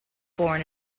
born